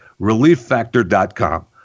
Relieffactor.com